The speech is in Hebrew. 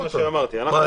מה,